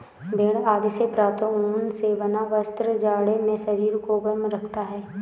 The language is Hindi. भेड़ आदि से प्राप्त ऊन से बना वस्त्र जाड़े में शरीर को गर्म रखता है